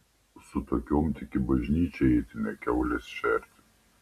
su tokiom tik į bažnyčią eiti ne kiaules šerti